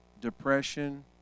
depression